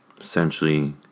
essentially